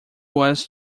was